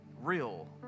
real